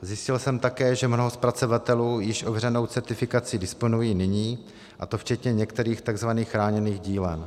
Zjistil jsem také, že mnoho zpracovatelů již ověřenou certifikací disponuje nyní, a to včetně některých tzv. chráněných dílen.